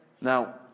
Now